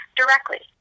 directly